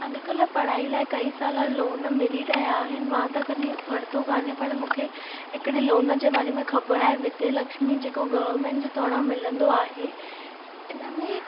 अॼुकल्ह पढ़ाईअ लाइ कई सारा लोन मिली रहिया आहिनि मां त कॾहिं वरितो कान्हे पर मूंखे हिकिड़े लोन जे बारे ख़बर आहे विद्यालक्ष्मी जेको गवर्मेंन्ट जे द्वारा मिलंदो आहे इन में